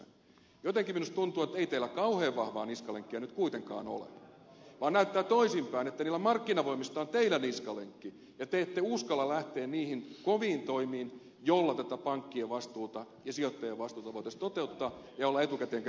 jotenkin minusta tuntuu että ei teillä kauhean vahvaa niskalenkkiä nyt kuitenkaan ole vaan näyttää toisinpäin että niillä markkinavoimilla on teistä niskalenkki ja te ette uskalla lähteä niihin koviin toimiin joilla tätä pankkien vastuuta ja sijoittajien vastuuta voitaisiin toteuttaa ja joilla etukäteen kerättäisiin rahaa